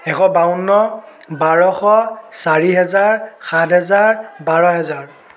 এশ বাৱন্ন বাৰশ চাৰি হেজাৰ সাত হেজাৰ বাৰ হেজাৰ